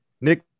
Nick